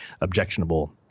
objectionable –